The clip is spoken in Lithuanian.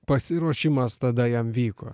pasiruošimas tada jam vyko